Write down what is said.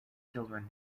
children